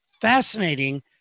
fascinating